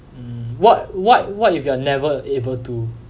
mm what what what if you are never able to